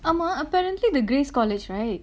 ஆமா:aamaa apparently the grace college right